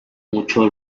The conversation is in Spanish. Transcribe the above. mucho